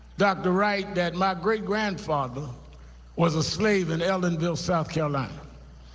dr. wright, that my great-grandfather was a slave in ellenville, south carolina.